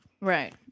Right